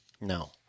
no